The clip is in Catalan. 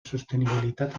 sostenibilitat